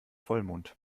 vollmond